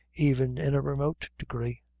even in a remote degree.